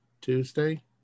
Tuesday